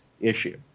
issue